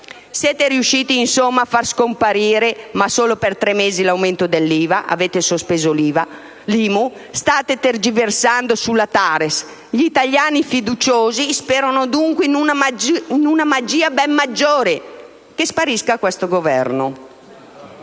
Siete riusciti, insomma, a far scomparire, ma solo per tre mesi, l'aumento dell'IVA. Avete sospeso l'IMU. State tergiversando sulla TARES. Gli italiani fiduciosi sperano dunque in una magia ben maggiore: che sparisca questo Governo!